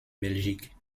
belgique